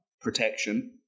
protection